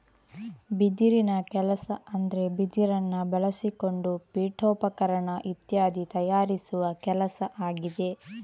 ಬಿದಿರಿನ ಕೆಲಸ ಅಂದ್ರೆ ಬಿದಿರನ್ನ ಬಳಸಿಕೊಂಡು ಪೀಠೋಪಕರಣ ಇತ್ಯಾದಿ ತಯಾರಿಸುವ ಕೆಲಸ ಆಗಿದೆ